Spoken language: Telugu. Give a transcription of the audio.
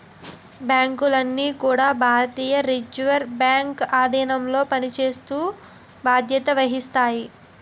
బ్యాంకులన్నీ కూడా భారతీయ రిజర్వ్ బ్యాంక్ ఆధీనంలో పనిచేస్తూ బాధ్యత వహిస్తాయి